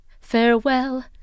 farewell